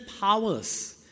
powers